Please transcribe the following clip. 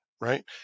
right